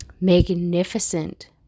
magnificent